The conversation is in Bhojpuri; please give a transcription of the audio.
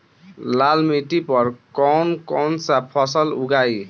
लाल मिट्टी पर कौन कौनसा फसल उगाई?